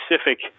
specific